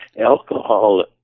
alcohol